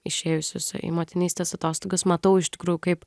išėjusiose į motinystės atostogas matau iš tikrųjų kaip